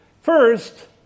First